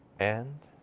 and